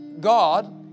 God